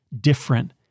different